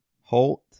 halt